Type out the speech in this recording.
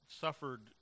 suffered